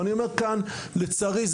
ולצערי,